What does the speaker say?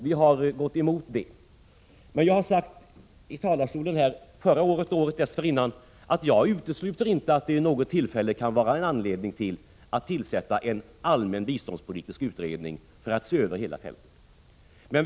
Vi har gått emot ett sådant förslag, men jag har sagt här i talarstolen både förra året och året dessförinnan att jag inte utesluter att det vid något tillfälle kan finnas anledning att tillsätta en allmän biståndspolitisk utredning för att se över hela fältet.